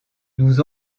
nous